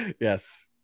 Yes